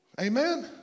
Amen